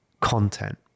content